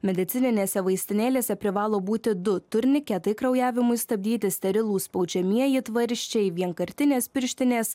medicininėse vaistinėlėse privalo būti du turniketai kraujavimui stabdyti sterilūs spaudžiamieji tvarsčiai vienkartinės pirštinės